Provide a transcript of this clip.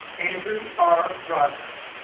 andrew r. rogers.